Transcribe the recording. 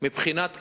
מבחינת כסף,